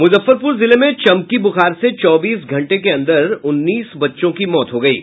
मुजफ्फरपुर जिले में चमकी बुखार से चौबीस घंटे के अंदर उन्नीस बच्चों की मौत हो गयी है